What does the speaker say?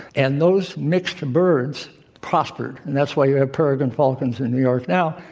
and those mixed birds prospered, and that's why you have peregrine falcons in new york now,